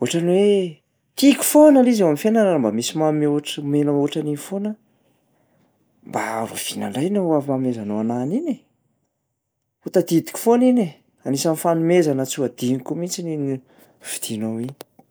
Ohatran'ny hoe tiako foana lay izy eo am'fiainana raha mba misy manome ohatr- omena ohatran'iny foana aho. Mba rahovina indray no af- anomezanao anahy an'iny e? Ho tadidiko foana iny e, anisan'ny fanomezana tsy ho adinoko mihitsy iny n- fidianao iny.